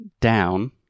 down